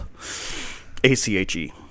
ACHE